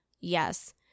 yes